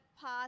path